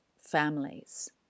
families